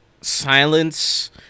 silence